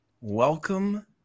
welcome